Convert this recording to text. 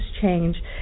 change